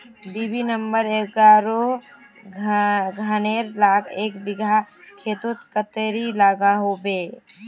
BB number एगारोह धानेर ला एक बिगहा खेतोत कतेरी लागोहो होबे?